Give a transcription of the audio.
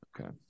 Okay